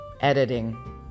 editing